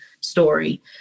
story